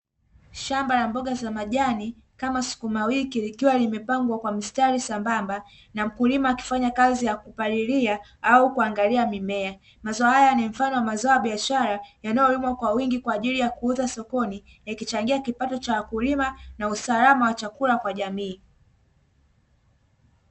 Shamba la mboga za majani kama sukumawiki, likiwa limepangwa kwa mstari sambamba na mkulima akifanya kazi ya kupalilia au kuangalia mimea. Mazao haya ni mfano wa mazao ya biashara yanayolimwa kwa wingi kwa ajili ya kuuza sokoni, yakichangia kipato cha wakulima na usalama wa chakula kwa jamii.